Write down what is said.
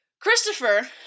Christopher